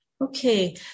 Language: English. Okay